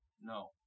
No